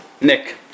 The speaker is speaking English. Nick